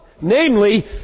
Namely